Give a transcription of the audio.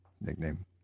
Nickname